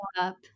up